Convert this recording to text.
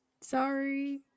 Sorry